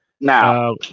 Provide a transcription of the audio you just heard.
Now